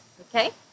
Okay